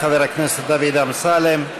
חבר הכנסת דוד אמסלם.